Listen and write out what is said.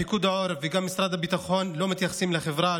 פיקוד העורף וגם משרד הביטחון לא מתייחסים לחברה,